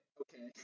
okay